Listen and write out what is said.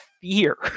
fear